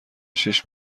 شیش